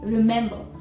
Remember